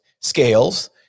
scales